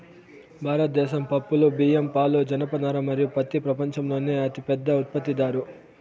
భారతదేశం పప్పులు, బియ్యం, పాలు, జనపనార మరియు పత్తి ప్రపంచంలోనే అతిపెద్ద ఉత్పత్తిదారు